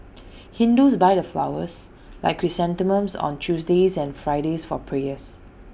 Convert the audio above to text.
Hindus buy the flowers like chrysanthemums on Tuesdays and Fridays for prayers